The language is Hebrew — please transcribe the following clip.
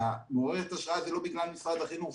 ו"מעוררת השראה" זה לא בגלל משרד החינוך,